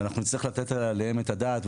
ואנחנו נצטרך לתת עליהם את הדעת,